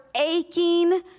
aching